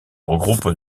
regroupe